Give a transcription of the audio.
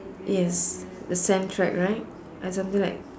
yes the sand track right uh something like